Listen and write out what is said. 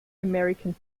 american